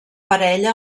parella